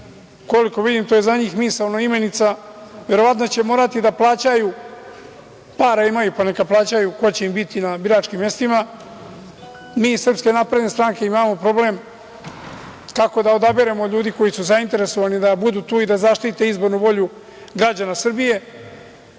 koliko vidim, to je za njih misaona imenica. Verovatno će morati da plaćaju, para imaju, pa neka plaćaju ko će im biti na biračkim mestima. Mi iz SNS imamo problem kako da odaberemo ljude koji su zainteresovani da budu tu i da zaštite izbornu volju građana Srbije.